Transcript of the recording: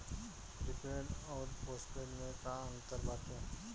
Prepaid अउर postpaid में का अंतर बाटे?